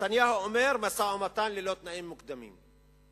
נתניהו אומר: משא-ומתן ללא תנאים מוקדמים.